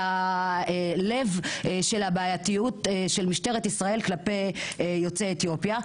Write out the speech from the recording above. לב הבעייתיות של משטרת ישראל כלפי יוצאי אתיופיה.